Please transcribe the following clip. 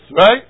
right